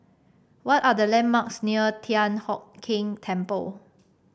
what are the landmarks near Thian Hock Keng Temple